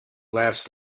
laughs